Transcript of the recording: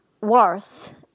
worth